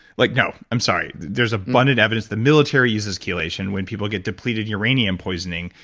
like no. i'm sorry. there's abundant evidence. the military uses chelation when people get depleted, uranium poisoning,